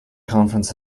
conference